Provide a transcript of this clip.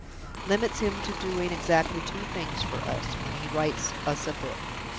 limits him to doing exactly two things for us, when he writes us a book.